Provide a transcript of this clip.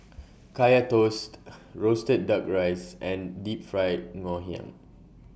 Kaya Toast Roasted Duck Rice and Deep Fried Ngoh Hiang